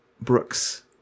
brooks